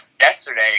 Yesterday